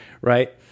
right